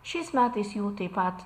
šiais metais jų taip pat